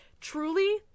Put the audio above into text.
Truly